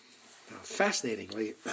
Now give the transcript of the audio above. Fascinatingly